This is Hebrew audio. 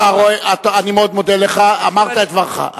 אני מאוד מודה לך, אמרת את דברך.